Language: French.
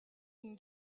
une